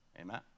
Amen